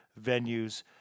venues